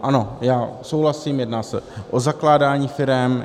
Ano, já souhlasím, jedná se o zakládání firem.